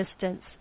distance